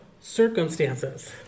circumstances